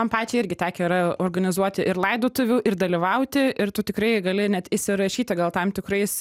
man pačiai irgi tekę yra organizuoti ir laidotuvių ir dalyvauti ir tu tikrai gali net įsirašyti gal tam tikrais